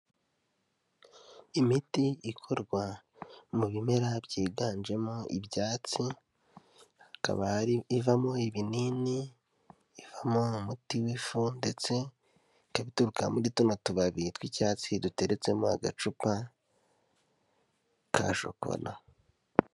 Imiti ikorwa mu bimera byiganjemo ibyatsi, hakaba hari ivamo ibinini, ivamo umuti w'ifu ndetse ikaba ituruka muri tuno tubabi tw'icyatsi duteretsemo agacupa ka shokora.